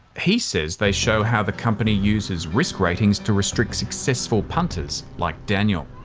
he says they show how the company uses risk ratings to restrict successful punters like daniel.